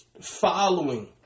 following